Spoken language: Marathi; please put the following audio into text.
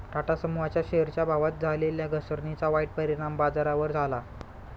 टाटा समूहाच्या शेअरच्या भावात झालेल्या घसरणीचा वाईट परिणाम बाजारावर झाला